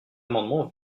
amendement